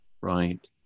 right